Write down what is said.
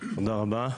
תודה רבה.